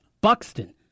Buxton